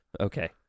Okay